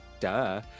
duh